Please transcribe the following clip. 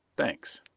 thanks.